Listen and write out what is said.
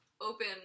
open